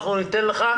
אנחנו ניתן לך,